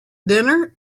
dinner